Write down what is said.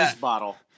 bottle